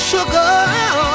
Sugar